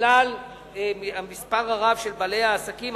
בגלל מספרם הגדול.